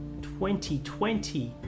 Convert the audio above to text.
2020